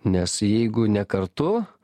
nes jeigu ne kartu